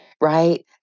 right